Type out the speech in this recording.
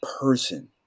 person